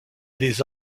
les